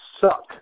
suck